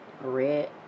red